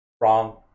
Wrong